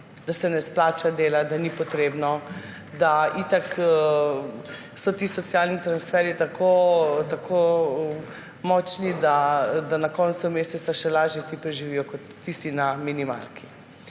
da se ne splača delati, da ni potrebno, da so itak ti socialni transferji tako močni, da na koncu meseca še lažje preživijo ti kot tisti na minimalki.